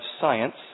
science